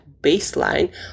baseline